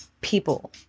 people